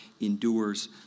endures